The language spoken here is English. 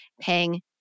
paying